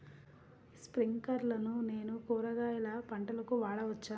స్ప్రింక్లర్లను నేను కూరగాయల పంటలకు వాడవచ్చా?